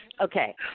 Okay